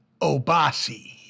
Obasi